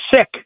sick